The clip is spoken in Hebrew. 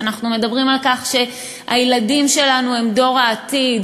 כשאנחנו מדברים על כך שהילדים שלנו הם דור העתיד,